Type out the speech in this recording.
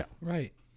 Right